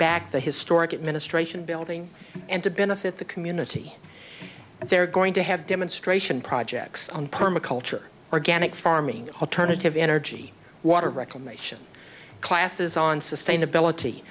back the historic administration building and to benefit the community and they're going to have demonstration projects on perma culture organic farming alternative energy water reclamation classes on sustainability